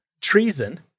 treason